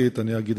הזה